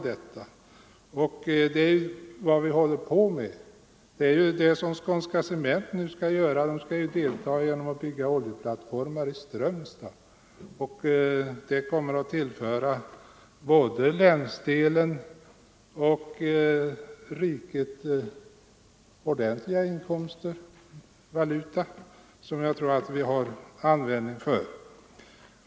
Det gör t.ex. Skånska Cement genom att bygga oljeborrningsplattformar i Strömstad. Det kommer att tillföra både länet och riket valuta som jag tror att det finns användning för.